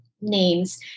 names